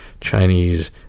Chinese